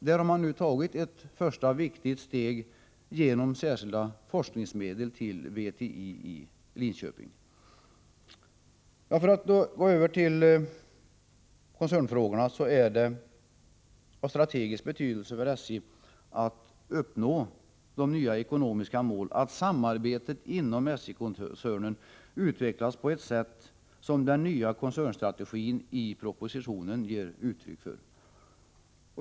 Där har man nu tagit ett första viktigt steg genom särskilda forskningsmedel till VTI i Linköping. För att gå över till koncernfrågorna vill jag säga att det är av strategisk betydelse för SJ:s möjligheter att uppnå de nya ekonomiska målen att samarbetet inom SJ-koncernen utvecklas på det sätt som den nya koncernstrategin i propositionen ger uttryck för.